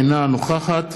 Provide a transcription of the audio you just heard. אינה נוכחת